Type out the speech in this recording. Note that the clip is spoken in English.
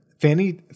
Fanny